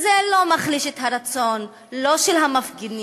זה לא מחליש את הרצון, לא של המפגינים,